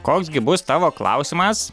koks gi bus tavo klausimas